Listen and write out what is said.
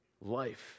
Life